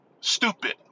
Stupid